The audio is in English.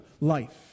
life